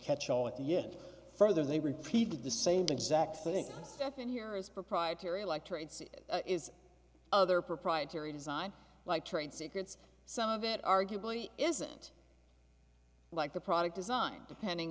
catchall it yet further they repeated the same exact thing step and here is proprietary like traits is other proprietary design like trade secrets some of it arguably isn't like the product design depending